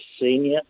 Senior